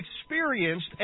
experienced